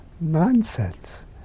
nonsense